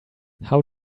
how